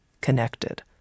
connected